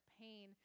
pain